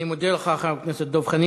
אני מודה לך, חבר הכנסת דב חנין.